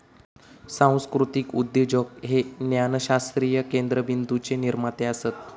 सांस्कृतीक उद्योजक हे ज्ञानशास्त्रीय केंद्रबिंदूचे निर्माते असत